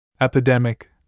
Epidemic